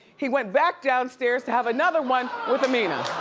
he went back downstairs to have another one with amina.